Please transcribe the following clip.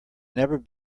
never